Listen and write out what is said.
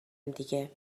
دیگه